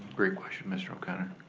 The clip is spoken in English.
great question, mr. o'connor.